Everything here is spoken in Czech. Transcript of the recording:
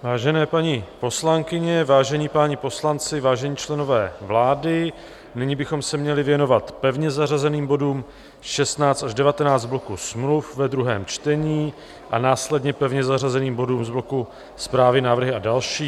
Vážené paní poslankyně, vážení páni poslanci, vážení členové vlády, nyní bychom se měli věnovat pevně zařazeným bodům 16 až 19 z bloku smluv ve druhém čtení a následně pevně zařazeným bodům z bloku zprávy, návrhy a další.